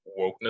wokeness